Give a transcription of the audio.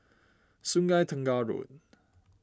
Sungei Tengah Road